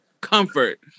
comfort